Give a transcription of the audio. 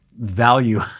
value